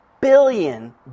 billion